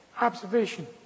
Observation